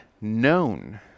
known